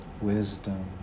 wisdom